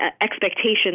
expectations